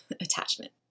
attachment